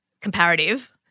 comparative